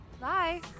Bye